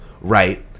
right